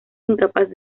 incapaz